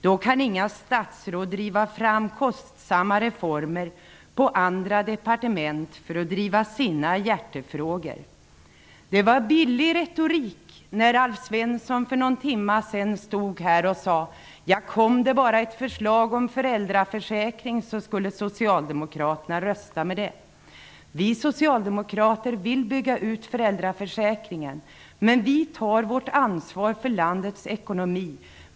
Då kan inga statsråd driva fram kostsamma reformer på andra departement för att driva sina hjärtefrågor. Det var billig retorik när Alf Svensson för någon timme sedan här sade att om det bara kom ett förslag om föräldraförsäkring, så skulle socialdemokraterna rösta för det. Vi socialdemokrater vill bygga ut föräldraförsäkringen. Men vi tar vårt ansvar för landets ekonomi.